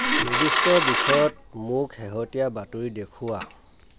নিৰ্দিষ্ট বিষয়ত মোক শেহতীয়া বাতৰি দেখুওৱা